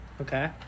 Okay